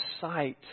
sight